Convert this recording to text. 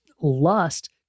Lust